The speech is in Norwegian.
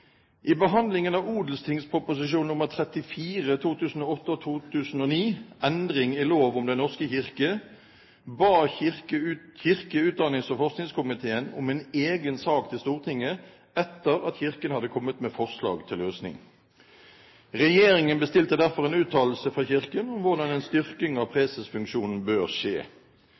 behandlingen av Ot.prp. nr. 34 for 2008–2009, Endring i lov om Den norske kirke, ba kirke-, utdannings- og forskningskomiteen om en egen sak til Stortinget etter at Kirken hadde kommet med forslag til løsning. Regjeringen bestilte derfor en uttalelse fra Kirken om hvordan en styrking av presesfunksjonen bør skje.